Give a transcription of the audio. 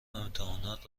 امتحانات